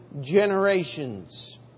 generations